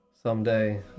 Someday